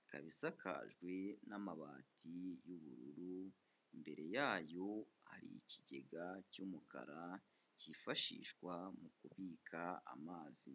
ikaba isakajwe n'amabati y'ubururu, imbere yayo ari ikigega cy'umukara cyifashishwa mu kubika amazi.